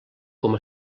com